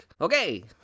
okay